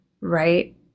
right